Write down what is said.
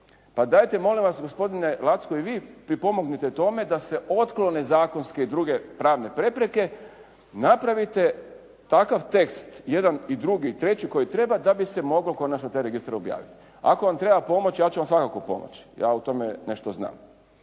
Pa dajte molim vas gospodine Lacko i vi pripomognite tome da se otklone zakonske i druge pravne prepreke, napravite takav tekst jedan i drugi i treći koji treba da bi se mogao konačno taj registar objaviti. Ako vam treba pomoć, ja ću vam svakako pomoći. Ja o tome nešto znam.